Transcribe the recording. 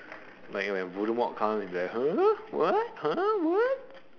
like when voldemort come then !huh! what !huh! what